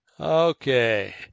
Okay